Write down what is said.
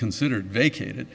considered vacated